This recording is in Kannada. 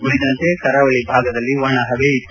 ಉಳಿದಂತೆ ಕರಾವಳಿ ಭಾಗದಲ್ಲಿ ಒಣಹವೆ ಇತ್ತು